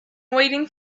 waiting